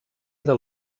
del